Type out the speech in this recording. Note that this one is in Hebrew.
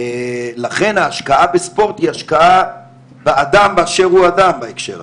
ולכן ההשקעה בספורט היא השקעה באדם באשר הוא אדם בהקשר הזה.